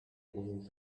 old